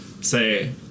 say